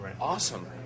awesome